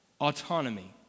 Autonomy